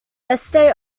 estate